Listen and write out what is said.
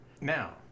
Now